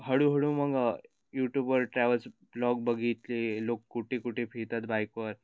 हळूहळू मग यूट्यूबवर ट्रॅवल्स ब्लॉग बघितले लोक कुठे कुठे फिरतात बाईकवर